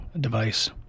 device